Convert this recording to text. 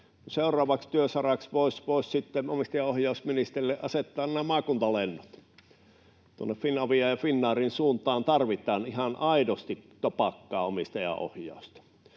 Seuraavaksi työsaraksi voisi sitten omistajaohjausministerille asettaa nämä maakuntalennot. Tuonne Finavian ja Finnairin suuntaan tarvitaan ihan aidosti topakkaa omistajaohjausta.